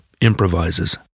improvises